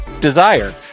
Desire